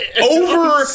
over